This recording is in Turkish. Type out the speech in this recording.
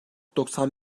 doksan